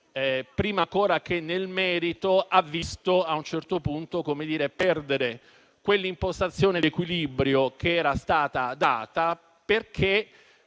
prima ancora che nel merito, ha visto a un certo punto perdere l'impostazione di equilibrio che era stata data.